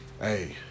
hey